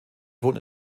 wohnt